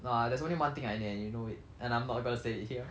no ah there's only one thing I need and you know it and I'm not gonna say it here